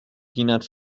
peanut